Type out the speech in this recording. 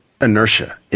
inertia